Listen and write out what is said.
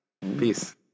Peace